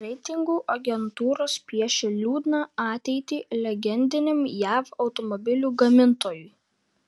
reitingų agentūros piešia liūdną ateitį legendiniam jav automobilių gamintojui